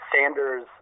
Sanders